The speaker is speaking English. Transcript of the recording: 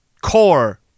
core